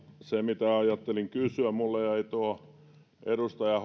se mitä ajattelin kysyä edustaja